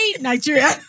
Nigeria